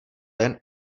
jen